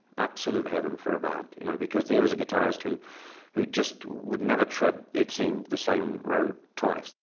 absolute heaven for a band, you know because here was a guitarist who who just would never tread, it seemed, the same road twice.